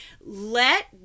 Let